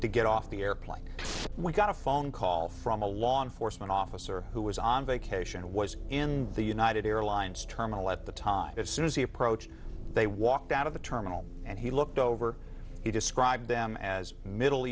to get off the airplane we got a phone call from a law enforcement officer who was on vacation and was in the united airlines terminal at the time as soon as he approached they walked out of the terminal and he looked over he described them as middle